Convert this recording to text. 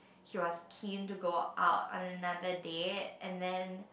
he was keen to go out on another date and then